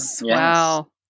wow